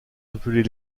appelés